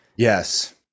Yes